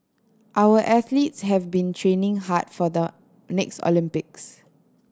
our athletes have been training hard for the next Olympics